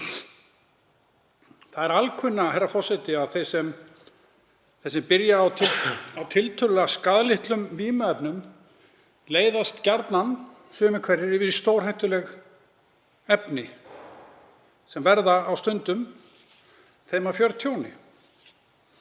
Það er alkunna, herra forseti, að þeir sem byrja á tiltölulega skaðlegum vímuefnum leiðast gjarnan, sumir hverjir, yfir í stórhættuleg efni sem verða þeim stundum að fjörtjóni.